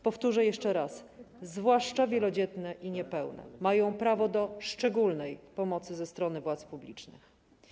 Powtórzę jeszcze raz: „zwłaszcza wielodzietne i niepełne mają prawo do szczególnej pomocy ze strony władz publicznych”